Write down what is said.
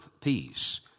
peace